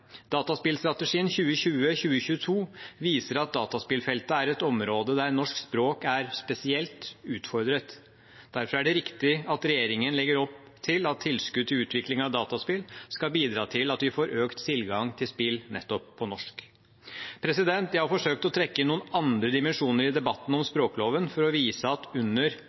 viser at dataspillfeltet er et område der norsk språk er spesielt utfordret. Derfor er det riktig at regjeringen legger opp til at tilskudd til utvikling av dataspill skal bidra til at vi får økt tilgang til spill nettopp på norsk. Jeg har forsøkt å trekke inn noen andre dimensjoner i debatten om språkloven for å vise at under